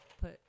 put